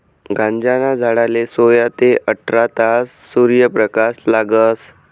गांजाना झाडले सोया ते आठरा तास सूर्यप्रकाश लागस